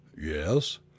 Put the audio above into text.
Yes